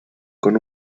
con